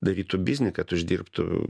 darytų biznį kad uždirbtų